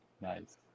Nice